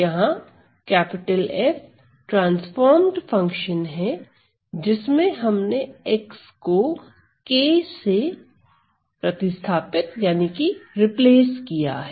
यहां F transformed function है जिसमें हमने x हो k से प्रतिस्थापित किया है